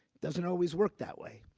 doesn't always work that way.